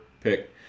pick